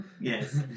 Yes